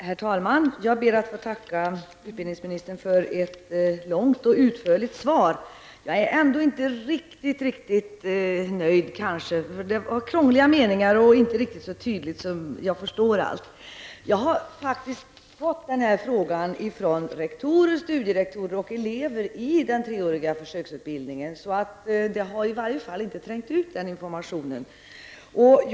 Herr talman! Jag ber att få tacka utbildningsministern för ett långt och utförligt svar. Jag är ändå inte riktigt nöjd, för en del meningar i svaret var krångliga och det var inte så tydligt att jag förstod allt. Rektorer, studierektorer och elever inom den treåriga försöksutbildningen har ställt denna fråga till mig, och det visar att informationen inte har trängt ut.